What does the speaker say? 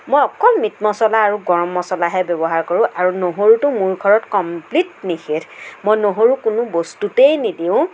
মই অকল মিট মছলা আৰু গৰম মছলাহে ব্যৱহাৰ কৰোঁ আৰু নহৰুটো মোৰ ঘৰত কমপ্লিট নিষেধ মই নহৰু কোনো বস্তুতেই নিদিওঁ